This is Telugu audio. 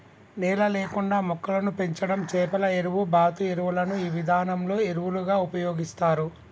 నేల లేకుండా మొక్కలను పెంచడం చేపల ఎరువు, బాతు ఎరువులను ఈ విధానంలో ఎరువులుగా ఉపయోగిస్తారు